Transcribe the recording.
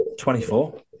24